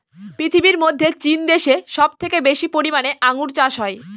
পৃথিবীর মধ্যে চীন দেশে সব থেকে বেশি পরিমানে আঙ্গুর চাষ হয়